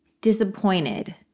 disappointed